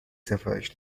سفارش